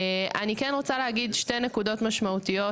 אני כן רוצה להגיד שתי נקודות משמעותיות